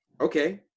Okay